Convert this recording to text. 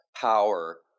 power